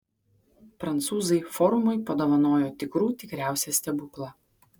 prancūzai forumui padovanojo tikrų tikriausią stebuklą